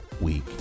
week